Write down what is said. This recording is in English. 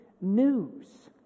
news